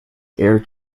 air